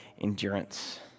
endurance